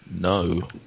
No